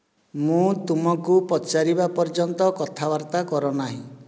ମୁଁ ତୁମକୁ ପଚାରିବା ପର୍ଯ୍ୟନ୍ତ କଥାବାର୍ତ୍ତା କର ନାହିଁ